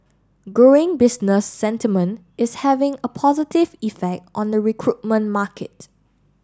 growing business sentiment is having a positive effect on the recruitment market